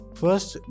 first